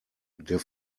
der